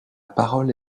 parole